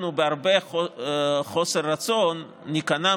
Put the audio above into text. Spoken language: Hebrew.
אנחנו בהרבה חוסר רצון ניכנע,